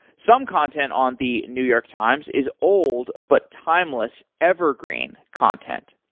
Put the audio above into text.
some content on the new york times is old but timeless, evergreen content.